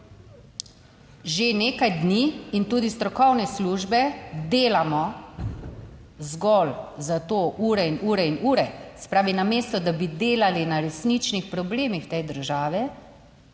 že nekaj dni in tudi strokovne službe, delamo zgolj za to ure in ure in ure. Se pravi, namesto, da bi delali na resničnih problemih te države,